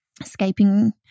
escaping